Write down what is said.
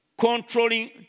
controlling